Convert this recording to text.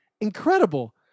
incredible